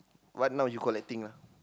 what now you collecting lah